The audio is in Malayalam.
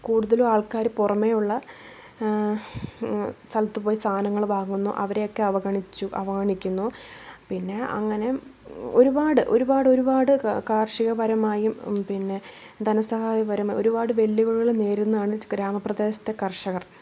കുടുതലും ആൾക്കാർ പുറമെയുള്ള സ്ഥലത്തുപോയി സാധനങ്ങൾ വാങ്ങുന്നു അവരെയൊക്കെ അവഗണിച്ചു അവഗണിക്കുന്നു പിന്നെ അങ്ങനെ ഒരുപാട് ഒരുപാട് ഒരുപാട് കാർഷികപരമായും പിന്നെ ധനസഹായപരമായും ഒരുപാട് വെല്ലുവിളികൾ നേരിടുന്നതാണ് ഗ്രാമപ്രേദേശത്തെ കർഷകർ